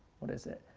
what is it?